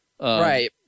Right